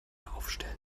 aufstellen